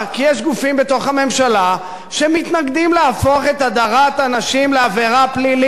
כי יש גופים בתוך הממשלה שמתנגדים להפיכת הדרת הנשים לעבירה פלילית.